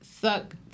suck